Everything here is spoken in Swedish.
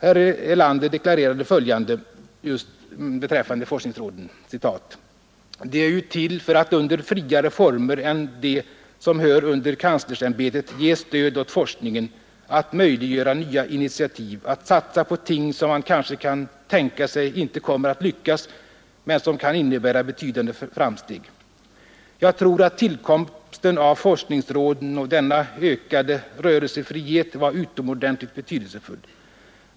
Herr Erlander deklarerade följande beträffande forskningsråden: ”De är ju till för att under friare former än de som hör under kanslersämbetet ge stöd åt forskningen, att möjliggöra nya initiativ, att satsa på ting som man kanske kan tänka sig inte kommer att lyckas men som kan innebära betydande framsteg. Jag tror att tillkomsten av forskningsråden och denna ökade rörelsefrihet var utomordentligt betydelsefull.